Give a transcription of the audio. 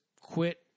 quit